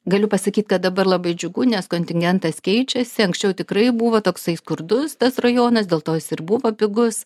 galiu pasakyt kad dabar labai džiugu nes kontingentas keičiasi anksčiau tikrai buvo toksai skurdus tas rajonas dėl to jis ir buvo pigus